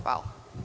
Hvala.